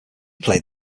played